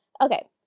Okay